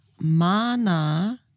mana